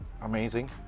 amazing